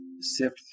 sift